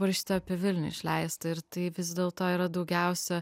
parašyta apie vilniuje išleista ir tai vis dėlto yra daugiausiai